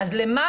אז למה